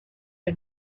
les